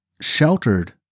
sheltered